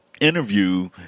interview